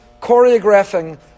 choreographing